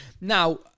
Now